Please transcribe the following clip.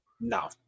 No